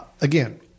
again